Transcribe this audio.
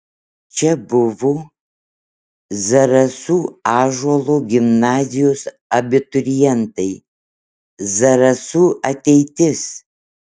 čia buvo zarasų ąžuolo gimnazijos abiturientai zarasų ateitis